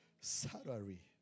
salary